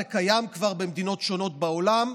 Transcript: זה קיים כבר במדינות שונות בעולם,